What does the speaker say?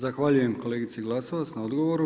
Zahvaljujem kolegici Glasovac na odgovoru.